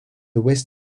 west